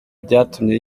byatumye